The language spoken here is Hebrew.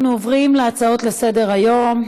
אנחנו עוברים להצעות לסדר-היום.